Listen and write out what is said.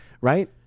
right